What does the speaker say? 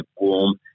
warm